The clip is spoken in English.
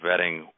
vetting